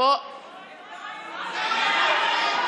הם לא היו.